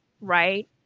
right